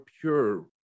pure